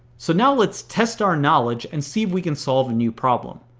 so now let's test our knowledge and see if we can solve a new problem.